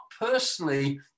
personally